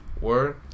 Word